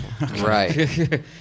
right